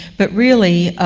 but, really,